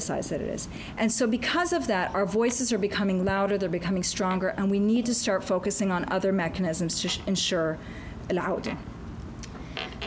the size it is and so because of that our voices are becoming louder they're becoming stronger and we need to start focusing on other mechanisms to ensure